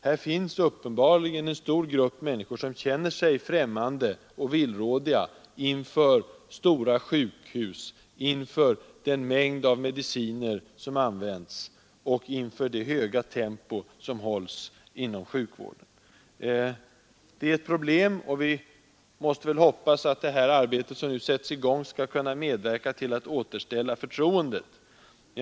Det finns uppenbarligen en stor grupp människor som känner sig främmande och villrådiga inför stora sjukhus, inför den mängd av mediciner som används och inför det höga tempot inom sjukvården. Detta är ett problem, och vi skall väl hoppas att det arbete som nu påbörjas skall medverka till att återställa förtroendet.